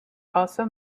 also